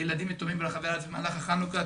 לילדים יתומים ברחבי הארץ במהלך החנוכה.